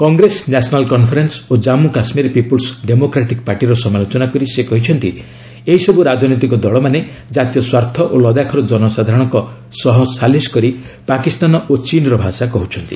କଂଗ୍ରେସ ନ୍ୟାସନାଲ୍ କନ୍ଫରେନ୍ନ ଓ ଜାନ୍ଗୁ କାଶ୍ମୀର ପିପୁଲ୍ ଡେମୋକ୍ରାଟିକ୍ ପାର୍ଟିର ସମାଲୋଚନା କରି ସେ କହିଛନ୍ତି ଏହି ସବୁ ରାଜନୈତିକ ଦଳମାନେ ଜାତୀୟ ସ୍ୱାର୍ଥ ଓ ଲଦାଖର ଜନସାଧାରଣଙ୍କ ସହ ସାଲିସ କରି ପାକିସ୍ତାନ ଓ ଚୀନ୍ର ଭାଷା କହୁଛନ୍ତି